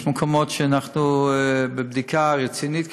יש מקומות שאנחנו בבדיקה רצינית לגביהם,